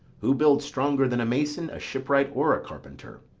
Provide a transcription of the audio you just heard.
who builds stronger than a mason, a shipwright, or a carpenter?